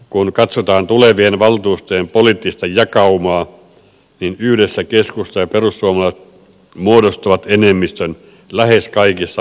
kun katsotaan tulevien valtuustojen poliittista jakaumaa niin yhdessä keskusta ja perussuomalaiset muodostavat enemmistön lähes kaikissa maaseutukunnissa